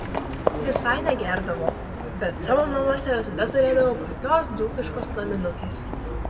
visai negerdavo bet savo namuose visada turėdavo puikios dzūkiškos naminukės